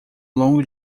longo